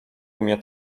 umie